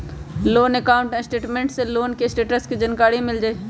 loan account statement से loan के status के जानकारी मिल जाइ हइ